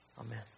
Amen